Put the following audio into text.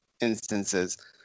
instances